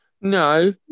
no